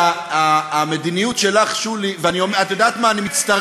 ושהמדיניות שלך, שולי, גילית את אמריקה.